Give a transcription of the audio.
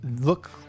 look